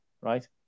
right